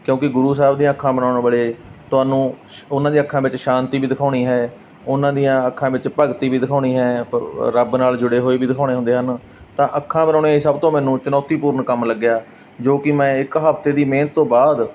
ਕਿਉਂਕਿ ਗੁਰੂ ਸਾਹਿਬ ਦੀਆਂ ਅੱਖਾਂ ਬਣਾਉਣ ਵੇਲੇ ਤੁਹਾਨੂੰ ਸ਼ ਉਹਨਾਂ ਦੀਆਂ ਅੱਖਾਂ ਵਿੱਚ ਸ਼ਾਂਤੀ ਵੀ ਦਿਖਾਉਣੀ ਹੈ ਉਹਨਾਂ ਦੀਆਂ ਅੱਖਾਂ ਵਿੱਚ ਭਗਤੀ ਵੀ ਦਿਖਾਉਣੀ ਹੈ ਰੱਬ ਨਾਲ ਜੁੜੇ ਹੋਏ ਵੀ ਦਿਖਾਉਣੇ ਹੁੰਦੇ ਹਨ ਤਾਂ ਅੱਖਾਂ ਬਣਾਉਣੀਆਂ ਹੀ ਸਭ ਤੋਂ ਮੈਨੂੰ ਚੁਣੌਤੀਪੂਰਨ ਕੰਮ ਲੱਗਿਆ ਜੋ ਕਿ ਮੈਂ ਇੱਕ ਹਫਤੇ ਦੀ ਮਿਹਨਤ ਤੋਂ ਬਾਅਦ